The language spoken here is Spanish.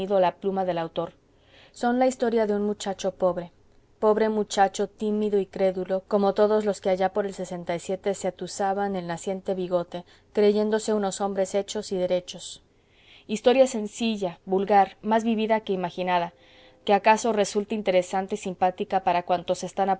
la pluma del autor son la historia de un muchacho pobre pobre muchacho tímido y crédulo como todos los que allá por el se atusaban el naciente bigote creyéndose unos hombres hechos y derechos historia sencilla vulgar más vivida que imaginada que acaso resulte interesante y simpática para cuantos están